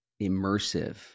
immersive